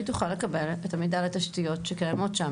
תוכל לקבל את המידע על התשתיות שקיימות שם?